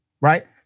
right